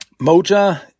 Moja